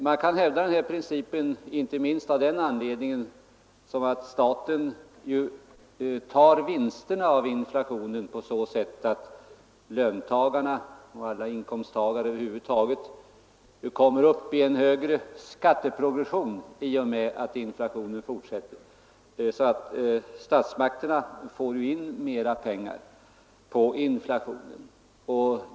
Man kan hävda denna princip inte minst av den anledningen att staten ju tar vinsten av inflationen på så sätt att alla inkomsttagare kommer upp i högre skatteprogression genom att inflationen fortsätter.